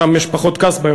שם יש פחות קסבה,